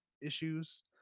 Issues